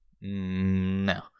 no